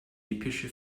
epische